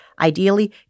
Ideally